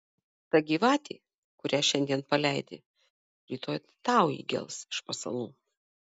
ta gyvatė kurią šiandien paleidi rytoj tau įgels iš pasalų